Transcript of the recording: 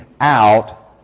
out